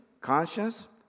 conscience